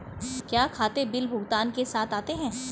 क्या खाते बिल भुगतान के साथ आते हैं?